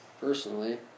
personally